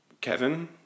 Kevin